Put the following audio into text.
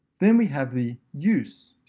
then we have the use.